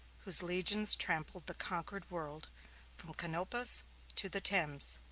whose legions trampled the conquered world from canopus to the thames,